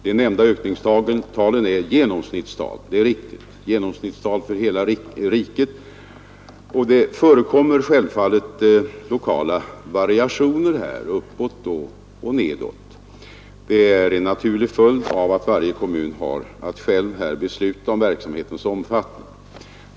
De nämnda ökningstalen är genomsnittstal för hela riket — det är riktigt — och det förekommer självfallet lokala variationer, uppåt och nedåt. Det är en naturlig följd av att varje kommun själv har att besluta om verksamhetens omfattning.